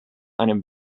einem